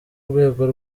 urwego